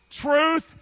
Truth